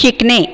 शिकणे